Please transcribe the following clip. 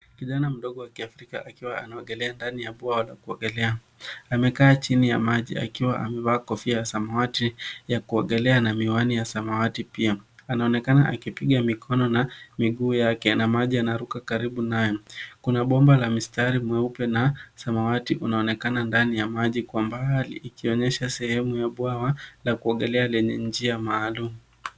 Kijana mdogo wa kiafrika akiwa anaogelea ndani ya bwawa la kuogelea. Amekaa chini ya maji akiwa amevaa kofia ya samawati ya kuogelea na miwani ya samawati pia. Anaonekana akipiga mikono na miguu yake na maji yanaruka karibu naye. Kuna bomba la mistari mweupe na samawati unaonekana ndani ya maji kwa mbali ikionyesha sehemu ya bwawa la kuogelea lenye njia maalum.